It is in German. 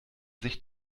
sich